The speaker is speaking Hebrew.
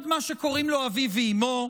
אחד מה שקוראים לו אביו ואימו,